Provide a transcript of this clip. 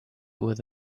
with